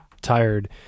tired